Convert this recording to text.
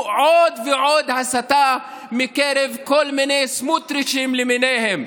עוד ועוד הסתה מקרב כל מיני סמוטריצ'ים למיניהם,